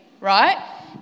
right